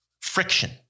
friction